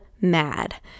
mad